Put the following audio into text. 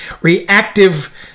reactive